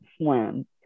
swim